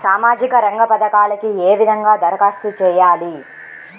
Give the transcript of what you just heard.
సామాజిక రంగ పథకాలకీ ఏ విధంగా ధరఖాస్తు చేయాలి?